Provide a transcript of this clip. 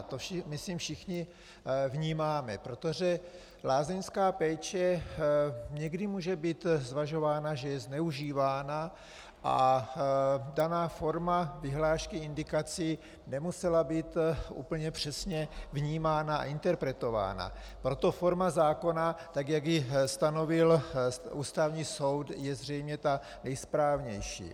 To myslím všichni vnímáme, protože lázeňská péče někdy může být zvažována, že je zneužívána, a daná forma vyhlášky indikací nemusela být úplně přesně vnímána a interpretována, proto forma zákona, tak jak ji stanovil Ústavní soud, je zřejmě ta nejsprávnější.